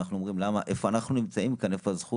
ואנחנו אומרים איפה אנחנו נמצאים כאן?